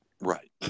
Right